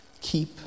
Keep